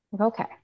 okay